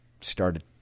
started